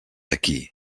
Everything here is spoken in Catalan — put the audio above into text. aquí